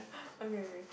okay okay